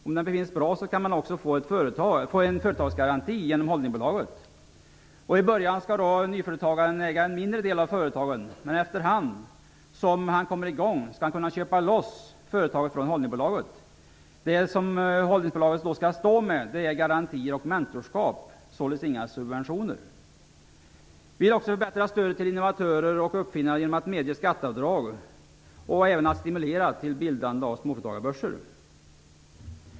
Om den befinns bra kan man också få en företagsgaranti genom holdingbolaget. I början skall nyföretagaren äga en mindre del av företagen. Efter hand som han kommer i gång skall han kunna köpa loss företaget från holdingbolaget. Det som holdingbolaget skall bestå med är garantier och mentorskap, således inga subventioner. Vi vill också förbättra stödet till innovatörer och uppfinnare genom att medge skatteavdrag och genom att stimulera till bildandet av småföretagarbörser.